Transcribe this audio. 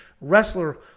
wrestler